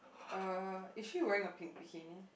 uh is she wearing a pink bikini